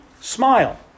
smile